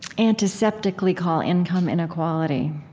antiseptically call income inequality